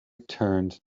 turned